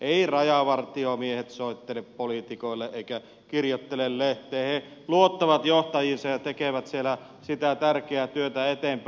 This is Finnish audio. eivät rajavartiomiehet soittele poliitikoille eivätkä kirjoittele lehteen he luottavat johtajiinsa ja tekevät siellä sitä tärkeää työtä eteenpäin